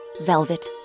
velvet